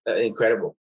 incredible